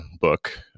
book